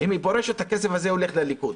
הכסף הזה הולך לליכוד.